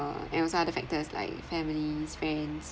there are also other factors like families friends